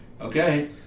Okay